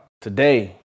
Today